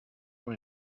want